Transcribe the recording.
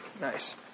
Nice